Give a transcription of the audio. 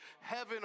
heaven